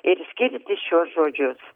ir skirti šiuos žodžius